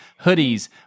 hoodies